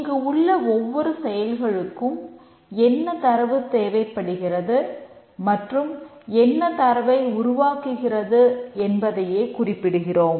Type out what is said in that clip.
இங்கு உள்ள ஒவ்வொரு செயல்களுக்கும் என்ன தரவு தேவைப்படுகிறது மற்றும் என்ன தரவை உருவாக்குகிறது என்பதையே குறிப்பிடுகிறோம்